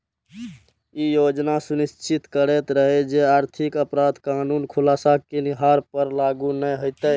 ई योजना सुनिश्चित करैत रहै जे आर्थिक अपराध कानून खुलासा केनिहार पर लागू नै हेतै